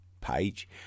page